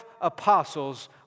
apostles